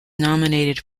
nominated